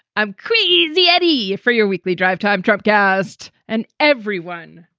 i'm queasy, eddie, for your weekly drivetime drop gast and everyone,